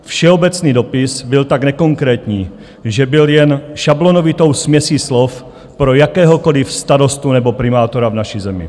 Všeobecný dopis byl tak nekonkrétní, že byl jen šablonovitou směsí slov pro jakéhokoli starostu nebo primátora v naší zemi.